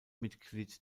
mitglied